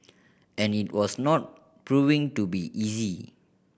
and it was not proving to be easy